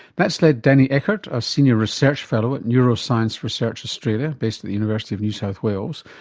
that's led danny eckert, a senior research fellow at neuroscience research australia based at the university of new south wales,